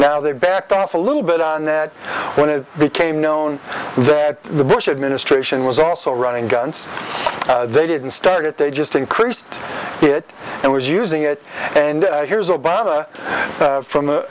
now they backed off a little bit on that when it became known that the bush administration was also running guns they didn't start it they just increased it and was using it and here's